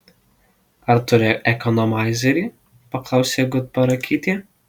ar turi ekonomaizerį paklausė gutparakytė